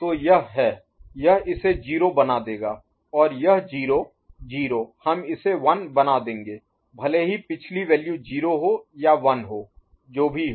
तो यह है यह इसे 0 बना देगा और यह 0 0 हम इसे 1 बना देंगे भले ही पिछली वैल्यू 0 हो या 1 हो जो भी हो